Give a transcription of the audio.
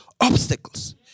obstacles